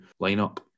lineup